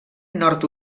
nord